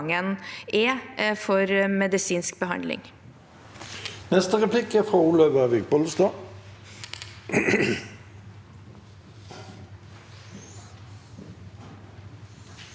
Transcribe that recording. er for medisinsk behandling.